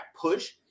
push